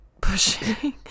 pushing